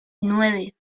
nueve